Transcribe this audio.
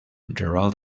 gerald